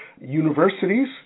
universities